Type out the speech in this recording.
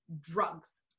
drugs